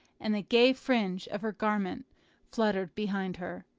and the gay fringe of her garment fluttered behind her.